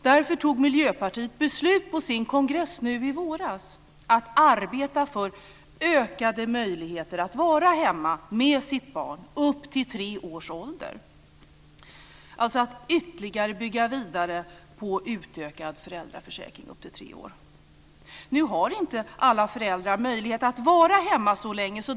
Därför fattade Miljöpartiet beslut på sin kongress i våras om att man ska arbeta för ökade möjligheter för föräldrar att vara hemma med sina barn upp till tre års ålder. Det handlar alltså om att ytterliga utöka föräldraförsäkringen upp till tre år. Alla föräldrar har inte möjlighet att vara hemma så länge.